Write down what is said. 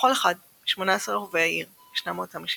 לכל אחד מ-18 רובעי העיר ישנה מועצה משלו.